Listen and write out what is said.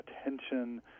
attention